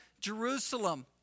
Jerusalem